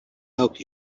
help